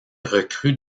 recrue